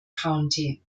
county